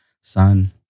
son